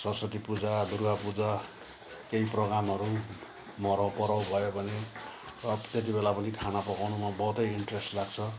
सरस्वती पूजा दुर्गा पूजा केही प्रोग्रामहरू मराउ पराउ भयो भने सब त्यतिबेला पनि खाना पकाउनुमा बहुतै इन्ट्रेस्ट लाग्छ